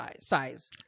size